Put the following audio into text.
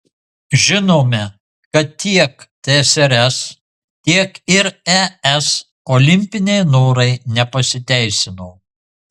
žinome kad tiek tsrs tiek ir es olimpiniai norai nepasiteisino